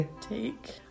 take